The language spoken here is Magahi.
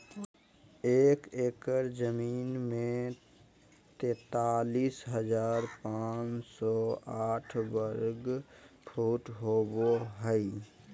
एक एकड़ जमीन में तैंतालीस हजार पांच सौ साठ वर्ग फुट होबो हइ